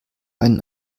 einen